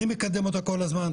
אני מקדם אותה כל הזמן,